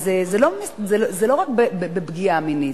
אז זה לא רק פגיעה מינית,